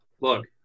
look